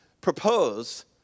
propose